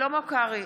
שלמה קרעי,